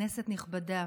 כנסת נכבדה,